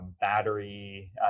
battery